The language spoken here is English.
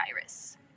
virus